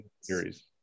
series